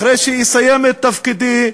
אחרי שאסיים את תפקידי,